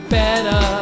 better